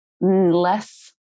less